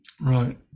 right